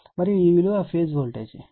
మరియు ఈ విలువ ఫేజ్ వోల్టేజ్